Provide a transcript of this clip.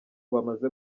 bamaze